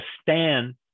stand